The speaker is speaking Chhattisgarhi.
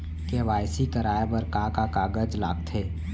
के.वाई.सी कराये बर का का कागज लागथे?